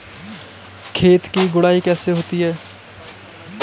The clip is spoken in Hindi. खेत की गुड़ाई कैसे होती हैं?